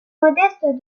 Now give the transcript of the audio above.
modeste